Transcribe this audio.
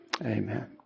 Amen